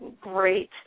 great